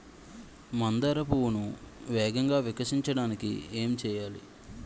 మందార పువ్వును వేగంగా వికసించడానికి ఏం చేయాలి?